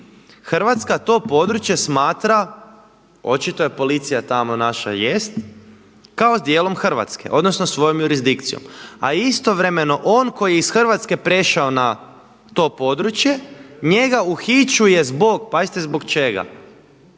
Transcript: Hrvatska to područje smatra, očito je tamo policija tamo naša jest, kao dijelom Hrvatske odnosno svojom jurisdikcijom, a istovremeno on koji je iz Hrvatske prešao na to područje njega uhićuje zbog, pazite zbog čega,